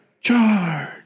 Charge